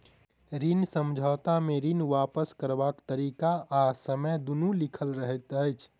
ऋण समझौता मे ऋण वापस करबाक तरीका आ समय दुनू लिखल रहैत छै